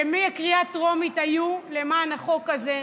שמהקריאה הטרומית היו למען החוק הזה.